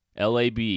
lab